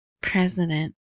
president